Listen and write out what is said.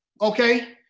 Okay